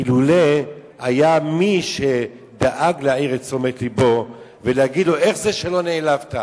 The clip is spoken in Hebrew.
אילולא היה מי שדאג להעיר את תשומת לבו ולהגיד לו: איך זה שלא נעלבת,